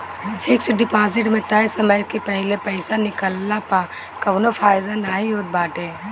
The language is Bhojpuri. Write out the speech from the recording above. फिक्स डिपाजिट में तय समय के पहिले पईसा निकलला पअ कवनो फायदा नाइ होत बाटे